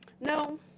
No